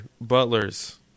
butlers